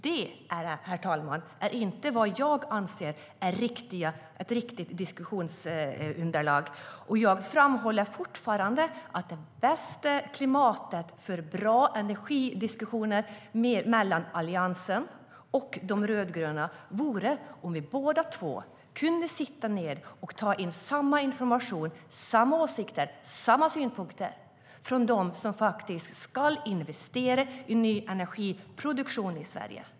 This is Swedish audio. Det är, herr talman, inte vad jag anser vara ett riktigt diskussionsunderlag. Jag framhåller fortfarande att det bästa klimatet för bra energidiskussioner mellan Alliansen och de rödgröna vore om vi båda två kunde sitta ned och ta in samma information, samma åsikter och samma synpunkter från dem som faktiskt ska investera i ny energiproduktion i Sverige.